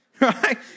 right